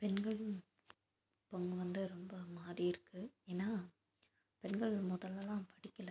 பெண்களின் பங்கு வந்து ரொம்ப மாறியிருக்குது ஏன்னால் பெண்கள் முதல்லலாம் படிக்கலை